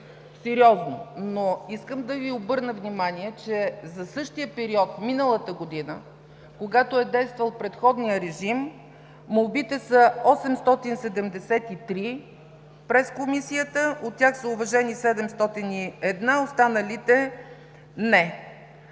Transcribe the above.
сериозно, но искам да Ви обърна внимание, че за същия период миналата година, когато е действал предходния режим, молбите са 873, през Комисията от тях са уважени 701, останалите – не.